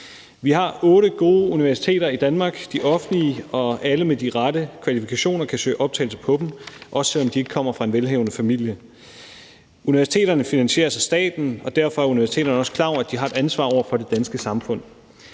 Vi har otte gode universiteter i Danmark. De er offentlige, og alle med de rette kvalifikationer kan søge optagelse på dem, også selv om de ikke kommer fra en velhavende familie. Universiteterne finansieres af staten, og derfor er universiteterne også klar over, at de har et ansvar over for det danske samfund.